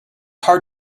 hard